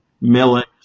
millet